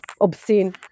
obscene